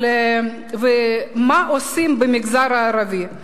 על מה שעושים במגזר הערבי.